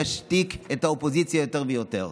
להשתיק את האופוזיציה יותר ויותר.